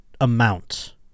amount